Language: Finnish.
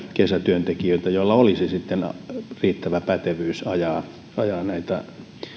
kesätyöntekijöitä joilla olisi riittävä pätevyys ajaa ajaa näitä